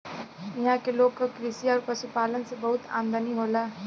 इहां के लोग क कृषि आउर पशुपालन से बहुत आमदनी होला